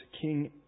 King